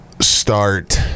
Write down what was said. start